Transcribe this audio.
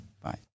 Bye